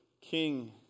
King